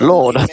Lord